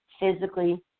physically